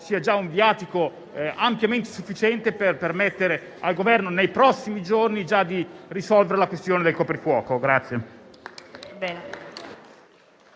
un viatico ampiamente sufficiente per permettere al Governo già nei prossimi giorni di risolvere la questione del coprifuoco.